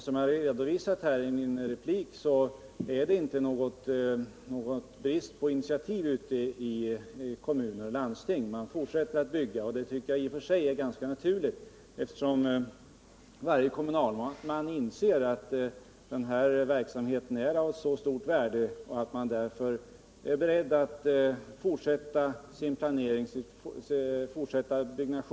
Som jag redovisade i min replik är det inte någon brist på initiativ ute i kommuner och landsting. Man fortsätter att bygga, och det tycker jag i och för sig är ganska naturligt eftersom varje kommunalman måste inse att den här verksamheten är av stort värde och att man därför är beredd att fortsätta planering och byggande.